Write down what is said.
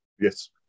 yes